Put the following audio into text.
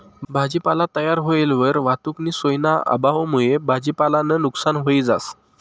भाजीपाला तयार व्हयेलवर वाहतुकनी सोयना अभावमुये भाजीपालानं नुकसान व्हयी जास